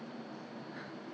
with certain num~ ah